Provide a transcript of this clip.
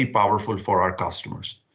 powerful for our customers.